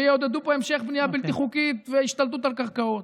ויעודדו פה המשך בנייה בלתי חוקית והשתלטות על קרקעות.